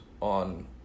on